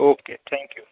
okay thank you